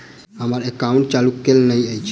हम्मर एकाउंट चालू केल नहि अछि?